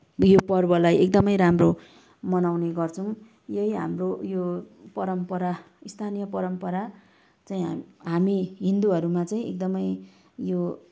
यो पर्वलाई एकदमै राम्रो मनाउने गर्छौँ यही हाम्रो यो परम्परा स्थानीय परम्परा चाहिँ हामी हिन्दूहरूमा चाहिँ एकदमै यो